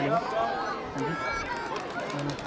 hello हां जी नमस्ते